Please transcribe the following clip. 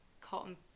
cotton